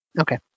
Okay